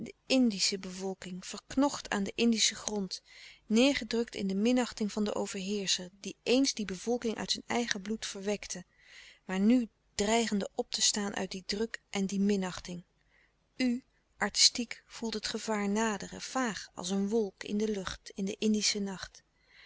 indosche bevolking verknocht aan den indischen grond neêrgedrukt in de minachting van den overheerscher die éens die bevolking uit zijn eigen bloed verwekte maar n dreigende op te staan uit dien druk en die minachting u artistiek voelt het gevaar naderen vaag als een wolk in de louis couperus de stille kracht lucht in den indischen nacht